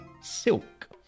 silk